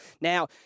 Now